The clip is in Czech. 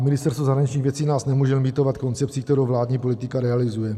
Ministerstvo zahraničních věcí nás nemůže limitovat koncepcí, kterou vládní politika realizuje.